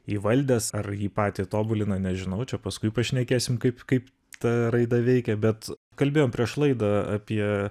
įvaldęs ar jį patį tobulina nežinau čia paskui pašnekėsim kaip kaip ta raida veikia bet kalbėjom prieš laidą apie